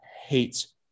hates